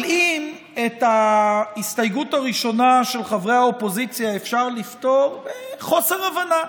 אבל אם את ההסתייגות הראשונה של חברי האופוזיציה אפשר לפטור בחוסר הבנה,